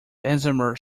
bessemer